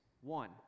One